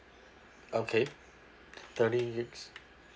okay thirty gigs